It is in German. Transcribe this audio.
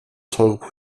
teure